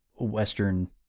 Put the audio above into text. Western